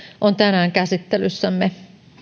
on tänään käsittelyssämme